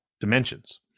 dimensions